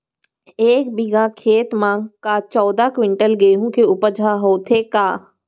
एक बीघा खेत म का चौदह क्विंटल गेहूँ के उपज ह होथे का?